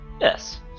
Yes